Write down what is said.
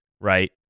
Right